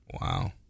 Wow